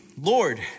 Lord